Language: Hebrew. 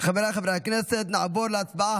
חבר הכנסת עופר כסיף,